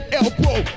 elbow